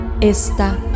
esta